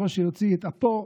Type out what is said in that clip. בקושי הוציא את אפו.